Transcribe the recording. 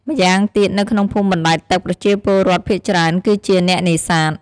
ម្យ៉ាងទៀត នៅក្នុងភូមិបណ្ដែតទឹក ប្រជាពលរដ្ឋភាគច្រើនគឺជាអ្នកនេសាទ។